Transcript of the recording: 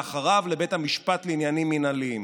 ואחריו, לבית המשפט לעניינים מינהליים.